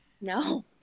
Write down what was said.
no